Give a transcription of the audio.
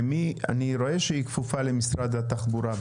אני רואה שהיא כפופה למשרד התחבורה,